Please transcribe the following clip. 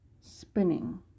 spinning